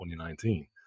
2019